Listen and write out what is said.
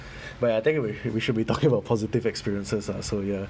but I think we we should be talking about positive experiences lah so ya